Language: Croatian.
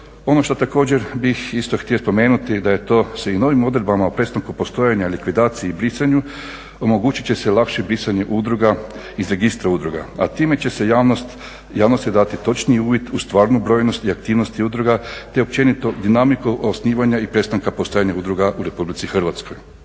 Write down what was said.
Ono što također bih isto htio spomenuti je to da se i ovim odredbama o prestanku postojanja likvidacije i brisanju omogućit će se lakše brisanje udruga iz Registra udruga. A time će se javnosti dati točniji uvid u stvarnu brojnost i aktivnost udruga te općenito dinamiku osnivanja i prestanka postojanja udruga u RH. Ono što